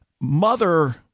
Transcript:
mother